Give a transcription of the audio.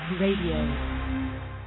RADIO